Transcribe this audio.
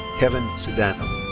kevin cedeno.